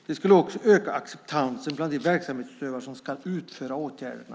Det skulle också öka acceptansen bland de verksamhetsutövare som ska utföra åtgärderna.